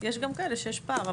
יש גם כאלה שיש בהם פער,